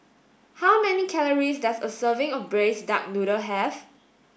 how many calories does a serving of braised duck noodle have